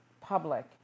public